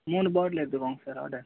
மூணு பாட்டில் எடுத்துக்கோங்க sir order